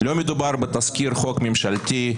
לא מדובר בתזכיר חוק ממשלתי,